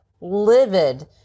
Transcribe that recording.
livid